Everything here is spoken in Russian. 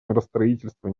миростроительства